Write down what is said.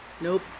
Nope